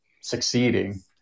succeeding